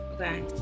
Okay